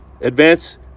advance